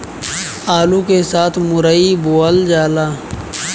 आलू के साथ मुरई बोअल जाला